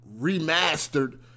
remastered